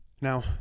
Now